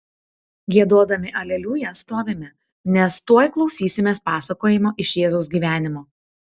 giedodami aleliuja stovime nes tuoj klausysimės pasakojimo iš jėzaus gyvenimo